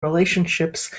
relationships